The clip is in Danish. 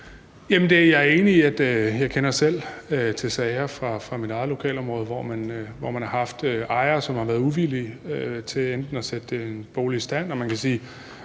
er jeg enig i. Jeg kender selv til sager fra mit eget lokalområde, hvor man har haft ejere, som har været uvillige til at sætte en bolig i stand.